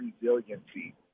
resiliency